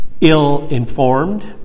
ill-informed